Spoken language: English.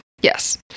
Yes